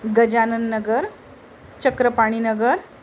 Gajanan Nagar Chakrapani Nagar